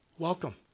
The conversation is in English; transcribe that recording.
Welcome